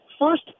first